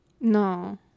no